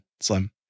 slim